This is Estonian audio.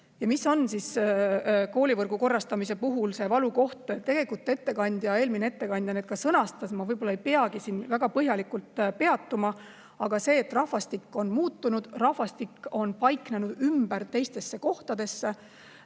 Mis on siis koolivõrgu korrastamise puhul see valukoht tegelikult? Eelmine ettekandja need mured sõnastas ja ma võib-olla ei peagi sellel väga põhjalikult peatuma. Aga rahvastik on muutunud, rahvastik on paiknenud ümber teistesse kohtadesse.